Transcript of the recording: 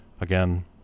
Again